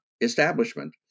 establishment